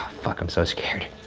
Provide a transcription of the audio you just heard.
fuck, i'm so scared. ahh,